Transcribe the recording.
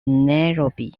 nairobi